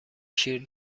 شیر